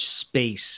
space